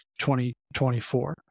2024